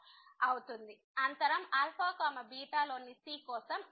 కాబట్టి fc13c1221c20 అవుతుంది అంతరం α β లోని c కోసం